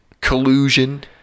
collusion